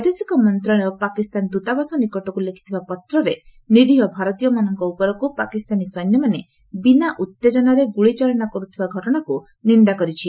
ବୈଦେଶିକ ମନ୍ତ୍ରଣାଳୟ ପାକିସ୍ତାନ ଦୂତାବାସ ନିକଟକୁ ଲେଖିଥିବା ପତ୍ରରେ ନିରୀହ ଭାରତୀୟମାନଙ୍କ ଉପରକ୍ତ ପାକିସ୍ତାନୀ ସୈନ୍ୟମାନେ ବିନା ଉତ୍ତେଜନାରେ ଗ୍ରଳିଚାଳନା କର୍ତ୍ଥବା ଘଟଣାକ୍ର ନିନ୍ଦା କରାଯାଇଛି